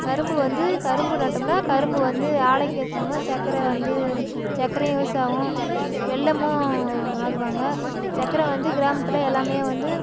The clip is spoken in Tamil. கரும்பு வந்து கரும்பு நட்டமுன்னா கரும்பு வந்து ஆலைக்கு எடுத்துன்னு போனமுன்னா சக்கரை வந்து சக்கரையும் யூஸ் ஆகும் வெல்லமும் ஆடுவாங்க சக்கரை வந்து கிராமத்தில் எல்லாம் வந்து